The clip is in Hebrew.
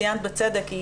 ציינת בצדק,